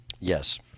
Yes